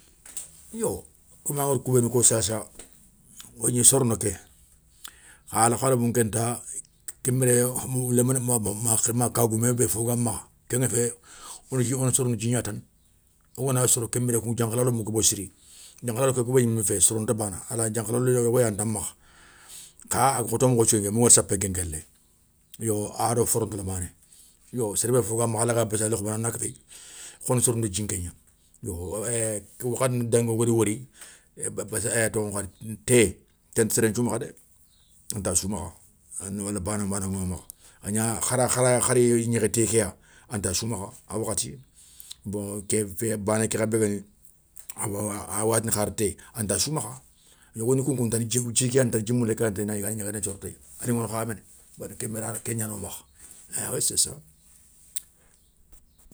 Yo koma angada kou bénou ko sassa wo gni sorono ké, alkhalibou nkenta kenbiré, léminé ma kagoumé bé fogamakha, kengafé wona sorono dji gna tana wogana soro kenbiré diankhalalou koma gabo siri, diankhalalo ké goboyé gnimé fé soronta bana, araygnana diankhalalo yogoyé anta makha, kha akha khoto mokho sou ké mangada sapé nkénké léye yo ado foronto lamané, yo sérébé fo ga makha alaga bassalé khobono ana kéféye, khona sorono ti djin téyé gna, yo wakhati ni dangui wogada wori, té té nta serenthiou makha dé, anta sou makha, a na wala bana nbanou ya makha agna hara, hari gnékhé té kéya anta sou makha, awakhati. bané ké kha bé guéni awa wogatini kharté anta sou makha. Yogoni kounkoun tani dji ké yani tane dji moulé ké yani tane i nan yigandé nthioro téye aliŋono kha méné, kenbiré kégnano makha. ah wéyi c'est ça.